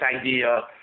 idea